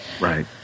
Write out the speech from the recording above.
Right